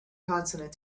consonant